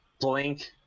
blink